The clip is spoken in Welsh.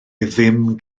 ddim